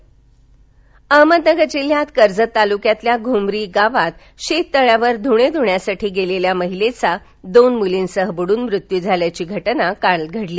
द्घटना अहमदनगर जिल्ह्यात कर्जत तालुक्यातील घूमरी गावात शेततळ्यावर धुणे ध्ण्यासाठी गेलेल्या महिलेचा दोन मुलींसह बुडून मृत्यू झाल्याची घटना काल घडली